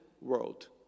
world